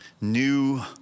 New